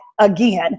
again